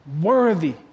worthy